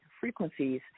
frequencies